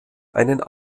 einen